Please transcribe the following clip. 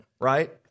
right